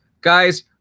guys